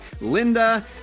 Linda